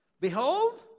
Behold